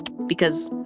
because,